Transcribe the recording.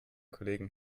kollegen